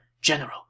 General